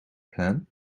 plan